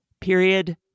period